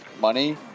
money